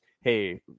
Hey